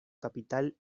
capital